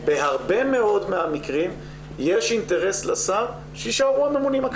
בהרבה מאוד מהמקרים יש אינטרס לשר שיישארו הממונים הקיימים,